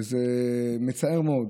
וזה מצער מאוד.